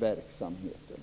verksamheten.